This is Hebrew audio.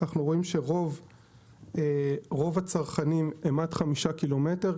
אנחנו רואים שרוב הצרכנים הם עד חמישה ק"מ,